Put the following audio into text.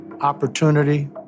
opportunity